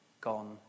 gone